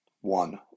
One